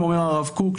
אומר הרב קוק,